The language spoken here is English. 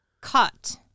Cut